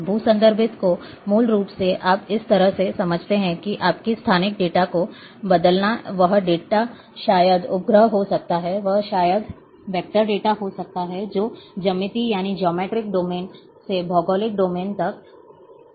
भू संदर्भित को मूल रूप से आप इस तरह से समझते हैं कि आपके स्थानिक डेटा को बदलना वह डाटा शायद उपग्रह हो सकता है या शायद वेक्टर डेटा हो सकता है जो ज्यामितीय डोमेन से भौगोलिक डोमेन तक लिया गया हो